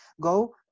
go